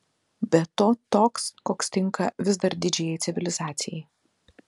be to toks koks tinka vis dar didžiai civilizacijai